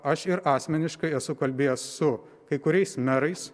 aš ir asmeniškai esu kalbėjęs su kai kuriais merais